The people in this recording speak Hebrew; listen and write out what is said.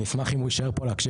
אני אשמח אם הוא יישאר פה להקשיב,